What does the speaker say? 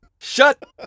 Shut